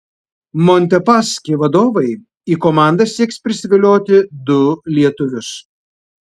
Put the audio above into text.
montepaschi vadovai į komandą sieks prisivilioti du lietuvius